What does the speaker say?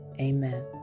Amen